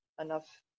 enough